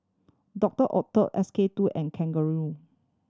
Doctor Oetker S K Two and Kangaroo